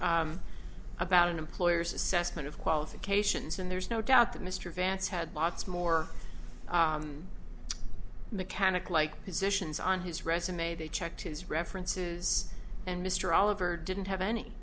brooke about an employer's assessment of qualifications and there's no doubt that mr vance had lots more mechanic like positions on his resume they checked his references and mr oliver didn't have any